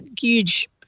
huge